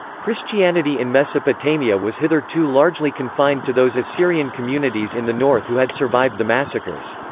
christianity in mesopotamia was hitherto largely confined to those assyrian communities in the north who had survived the massacres.